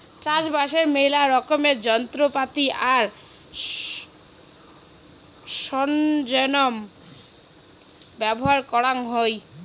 চাষবাসের মেলা রকমের যন্ত্রপাতি আর সরঞ্জাম ব্যবহার করাং হই